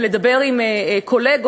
ולדבר עם קולגות,